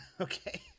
Okay